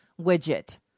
widget